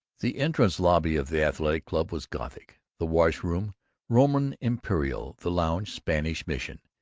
the entrance lobby of the athletic club was gothic, the washroom roman imperial, the lounge spanish mission,